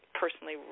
personally